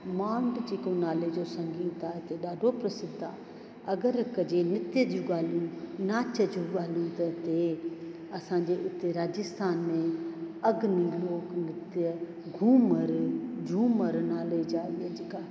मांड जेको नाले जो संगीत आहे हिते ॾाढो प्रसिद्ध आहे अगर कजे नृत्य जूं ॻाल्हियूं नाच जूं ॻाल्हियूं त उते असांजे उते राजस्थान में अग्नि उहो हिकु नृत्य घुमर झूमर नाले जा इहा जेका